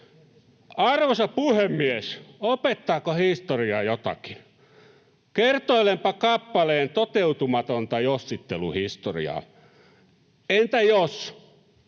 Arvoisa puhemies! Opettaako historia jotakin? Kertoilenpa kappaleen toteutumatonta jossitteluhistoriaa. Entä jos